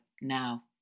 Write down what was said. now